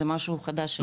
זה משהו חדש.